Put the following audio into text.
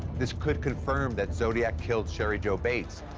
this could confirm that zodiac killed cheri jo bates.